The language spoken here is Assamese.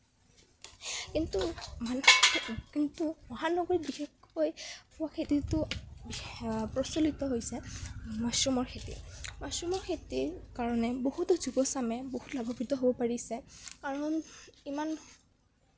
কিন্তু কিন্তু মহানগৰীত বিশেষকৈ খেতিটো প্ৰচলিত হৈছে মাছৰুমৰ খেতি মাছৰুমৰ খেতি কাৰণে বহুতো যুৱচামে বহু লাভাৱিত হ'ব পাৰিছে কাৰণ ইমান